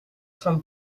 from